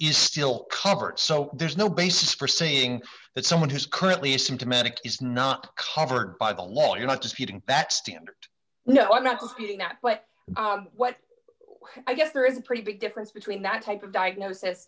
is still covered so there's no basis for saying that someone who's currently symptomatic is not covered by the law you're not disputing that standard no i'm not disputing that but what i guess there is a pretty big difference between that type of diagnosis